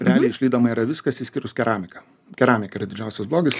realiai išlydoma yra viskas išskyrus keramiką keramika yra didžiausias blogis